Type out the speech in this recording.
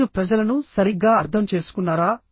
మీరు ప్రజలను సరిగ్గా అర్థం చేసుకున్నారా